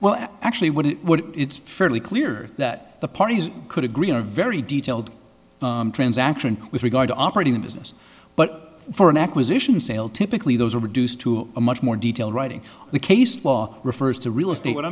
well actually what it would it's fairly clear that the parties could agree on a very detailed transaction with regard to operating a business but for an acquisition sale typically those are reduced to a much more detail writing the case law refers to real estate what